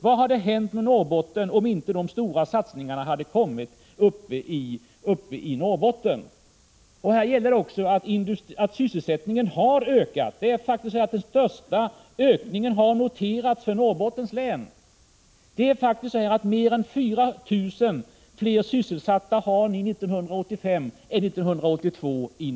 Vad hade hänt med Norrbotten om inte de stora satsningarna hade gjorts uppe i Norrbotten? Här gäller också att sysselsättningen har ökat. Den största ökningen har faktiskt noterats för Norrbottens län. Ni har i Norrbotten mer än 4 000 fler sysselsatta 1985 än 1982.